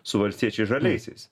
su valstiečiais žaliaisiais